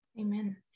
Amen